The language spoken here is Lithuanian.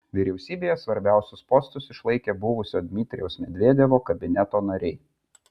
vyriausybėje svarbiausius postus išlaikė buvusio dmitrijaus medvedevo kabineto nariai